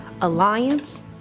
alliance